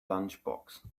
lunchbox